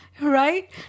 right